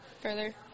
Further